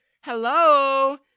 Hello